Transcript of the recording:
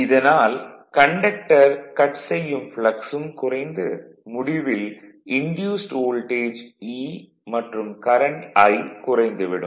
இதனால் conductor cut செய்யும் flux ம் குறைந்து முடிவில் இன்டியூஸ்ட் வோல்டேஜ் E மற்றும் கரண்ட் I குறைந்து விடும்